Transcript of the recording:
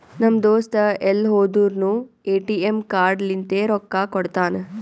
ನಮ್ ದೋಸ್ತ ಎಲ್ ಹೋದುರ್ನು ಎ.ಟಿ.ಎಮ್ ಕಾರ್ಡ್ ಲಿಂತೆ ರೊಕ್ಕಾ ಕೊಡ್ತಾನ್